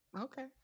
Okay